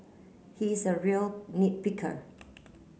he is a real nit picker